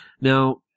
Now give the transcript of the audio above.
Now